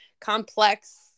complex